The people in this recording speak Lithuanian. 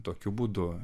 tokiu būdu